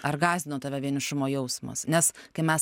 ar gąsdino tave vienišumo jausmas nes kai mes